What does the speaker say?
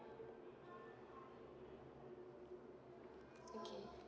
okay